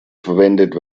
verwendet